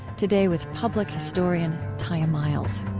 today, with public historian tiya miles